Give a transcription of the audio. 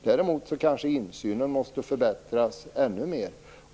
Däremot kanske insynen måste förbättras ännu mer.